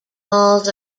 malls